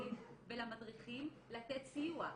החינוכיים ולמדריכים לתת סיוע.